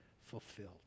fulfilled